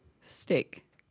Steak